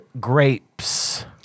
grapes